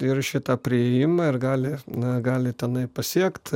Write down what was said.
ir šitą priėjimą ir gali na gali tenai pasiekt